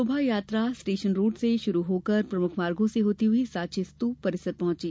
शोभा यात्रा station road से प्रारंभ होकर प्रमुख मार्गों से होती हुई सांची स्तूप परिसर पहुंची